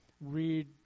read